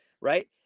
right